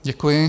Děkuji.